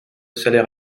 salaire